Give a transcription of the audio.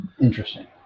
interesting